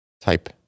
type